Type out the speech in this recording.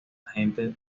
agente